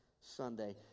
Sunday